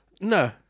no